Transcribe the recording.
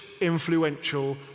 influential